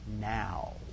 now